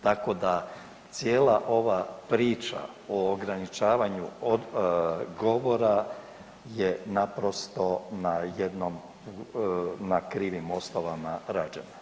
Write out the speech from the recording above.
Tako da cijela ova priča o ograničavanju govora je naprosto na krivim osnovama rađena.